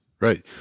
Right